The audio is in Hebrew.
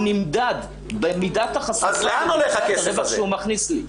נמדד במידת --- הרווח שהוא מכניס לי.